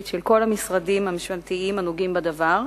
של כל המשרדים הממשלתיים הנוגעים בדבר.